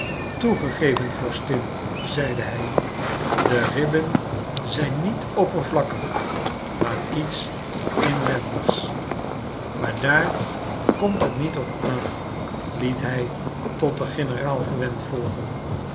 toegegeven vorstin zeide hij de ribben zijn niet oppervlakkig maar iets inwendigs maar daar komt het niet op aan liet hij tot den generaal gewend volgen